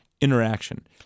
interaction